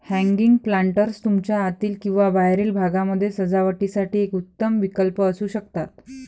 hanging planters तुमच्या आतील किंवा बाहेरील भागामध्ये सजावटीसाठी एक उत्तम विकल्प असू शकतात